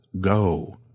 go